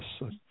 yes